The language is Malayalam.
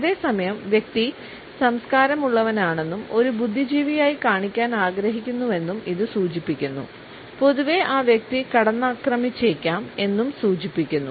അതേസമയം വ്യക്തി സംസ്കാരം ഉള്ളവൻ ആണെന്നും ഒരു ബുദ്ധിജീവിയായി കാണിക്കാൻ ആഗ്രഹിക്കുന്നുവെന്നും ഇത് സൂചിപ്പിക്കുന്നു പൊതുവേ ആ വ്യക്തി കടന്നാക്രമിച്ചേക്കാം എന്നും സൂചിപ്പിക്കുന്നു